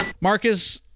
Marcus